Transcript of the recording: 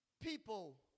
People